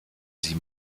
sie